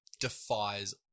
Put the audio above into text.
defies